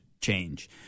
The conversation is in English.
change